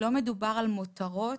לא מדובר על מותרות,